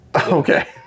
okay